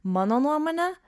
mano nuomone